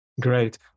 Great